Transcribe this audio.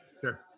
Sure